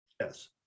yes